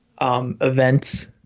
events